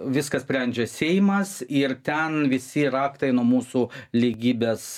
viską sprendžia seimas ir ten visi raktai nuo mūsų lygybės